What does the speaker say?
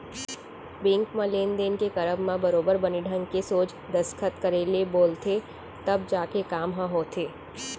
bank म लेन देन के करब म बरोबर बने ढंग के सोझ दस्खत करे ले बोलथे तब जाके काम ह होथे